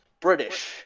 British